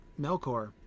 Melkor